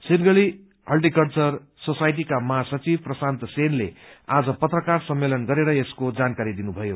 Siliguri horticulture सोसाइटीका महासचिव प्रशान्त सेनले आज पत्रकार सम्मेलन गरेर यसको जानकारी दिनुभयो